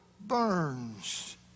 burns